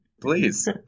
Please